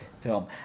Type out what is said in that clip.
film